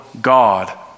God